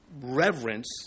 reverence